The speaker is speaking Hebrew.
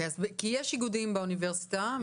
יש מן הסתם איגודים אחרים באוניברסיטה,